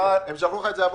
הם שלחו לך את זה הבוקר.